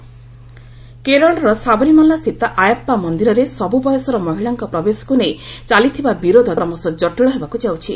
ସାମରିମାଲା କେରଳର ସାବରିମାଲାସ୍ଥିତ ଆୟାପ୍ସା ମନ୍ଦିରରେ ସବୁ ବୟସର ମହିଳାଙ୍କ ପ୍ରବେଶାକୁ ନେଇ ଚାଲିଥିବା ବିରୋଧ କ୍ରମଶଃ ଜଟିଳ ହେବାକୁ ଯାଉଛି